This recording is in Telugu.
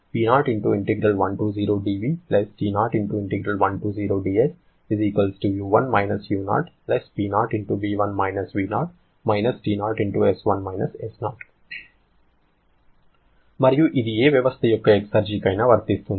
కాబట్టి ఇది ఈ క్రింది విధంగా ఉంటుంది మరియు ఇది ఏ వ్యవస్థ యొక్క ఎక్సర్జి కైనా వర్తిస్తుంది